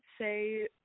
say